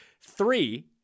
three